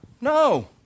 No